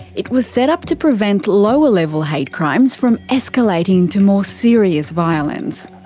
it was set up to prevent lower level hate crimes from escalating to more serious violence.